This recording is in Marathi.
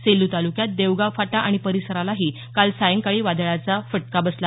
सेलू तालुक्यात देवगाव फाटा आणि परिसरालाही काल सायंकाळी वादळाचा बसला